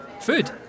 Food